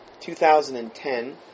2010